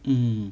mm